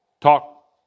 talk